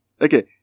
Okay